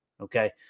okay